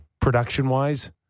production-wise